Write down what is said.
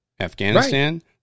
Afghanistan